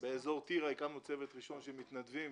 באזור טירה הקמנו צוות ראשון של מתנדבים